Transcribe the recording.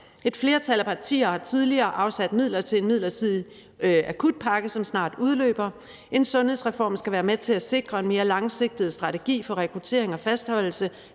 Et flertal af partier har tidligere afsat midler til en midlertidig akutpakke, som snart udløber. En sundhedsreform skal være med til at sikre en mere langsigtet strategi for rekruttering og fastholdelse